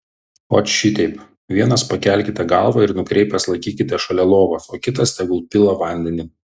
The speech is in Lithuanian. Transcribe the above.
ot šiteip vienas pakelkite galvą ir nukreipęs laikykite šalia lovos o kitas tegul pila vandenį